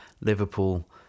Liverpool